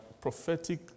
prophetic